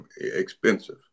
expensive